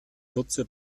kurze